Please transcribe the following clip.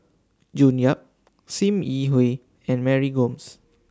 June Yap SIM Yi Hui and Mary Gomes